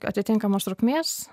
atitinkamos trukmės